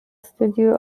studio